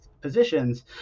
positions